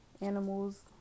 Animals